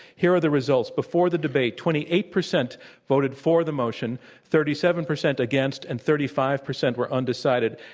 here are the results. before the debate, twenty eight percent voted for the motion. thirty seven percent against and thirty five percent were undecided.